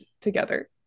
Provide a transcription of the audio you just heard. together